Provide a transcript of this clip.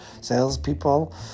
salespeople